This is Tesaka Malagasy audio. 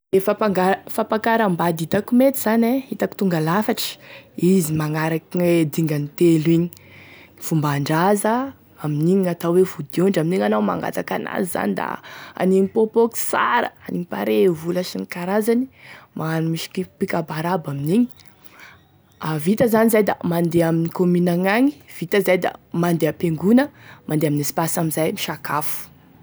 E fampangala fampiakaram-bady hitako mety hitako tonga lafatry, izy magnaraky dingagny telo igny: fomban-draza amin'igny gn'atao hoe vodiondry, amin'igny anao mangataky an'azy zany da hanigny mipopoky sara da anigny pare e vola sy ny karazany, magnano misy mpikabary aby amin'igny, vita any zany da mandeha amin'ny commune agny, vita izay da mandeha am-piangona, mandeha amin'ny espace amin'izay misakafo.